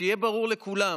שיהיה ברור לכולם: